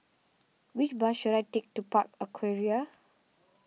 which bus should I take to Park Aquaria